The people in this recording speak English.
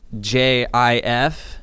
J-I-F